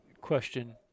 Question